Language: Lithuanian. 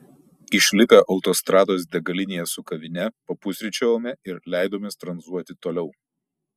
išlipę autostrados degalinėje su kavine papusryčiavome ir leidomės tranzuoti toliau